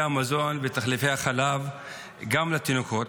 המזון ואת תחליפי החלב גם לתינוקות.